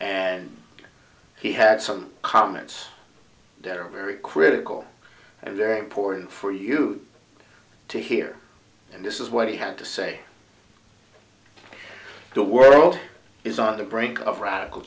and he had some comments that are very critical and very important for you to hear and this is what he had to say the world is on the brink of radical